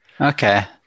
Okay